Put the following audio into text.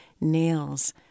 nails